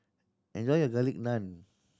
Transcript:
enjoy your Garlic Naan